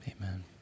Amen